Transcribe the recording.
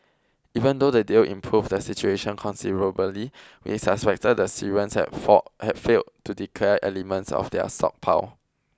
even though the deal improved the situation considerably we suspected the Syrians had fall had failed to declare elements of their stockpile